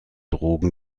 drogen